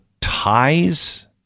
ties